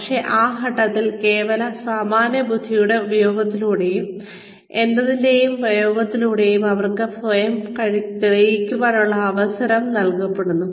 പക്ഷേ ആ ഘട്ടത്തിൽ കേവല സാമാന്യബുദ്ധിയുടെ ഉപയോഗത്തിലൂടെയും എന്തിന്റെയെങ്കിലും പ്രയോഗത്തിലൂടെയും അവർക്ക് സ്വയം തെളിയിക്കാനുള്ള അവസരം നൽകപ്പെടുന്നു